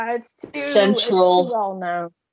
central